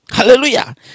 Hallelujah